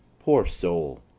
poor soul,